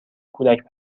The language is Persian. کودک